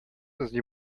эзли